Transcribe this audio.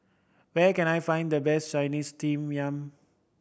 where can I find the best Chinese Steamed Yam